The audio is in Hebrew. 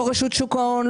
לא רשות שוק ההון,